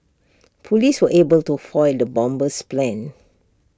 Police were able to foil the bomber's plans